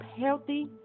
healthy